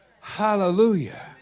Hallelujah